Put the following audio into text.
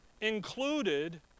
Included